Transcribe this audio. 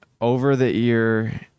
over-the-ear